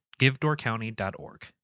givedoorcounty.org